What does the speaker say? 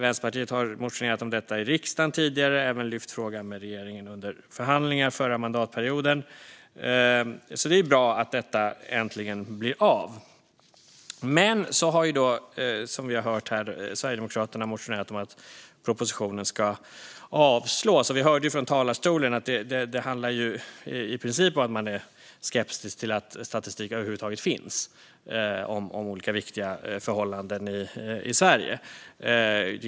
Vänsterpartiet har motionerat om detta i riksdagen tidigare och även lyft upp frågan med regeringen under förhandlingar förra mandatperioden. Det är bra att detta äntligen blir av. Som vi har hört här har Sverigedemokraterna motionerat om att propositionen ska avslås. Vi hörde från talarstolen att det i princip handlar om skepsis till att statistik över huvud taget finns om olika viktiga förhållanden i Sverige.